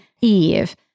Eve